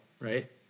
right